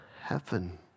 heaven